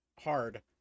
hard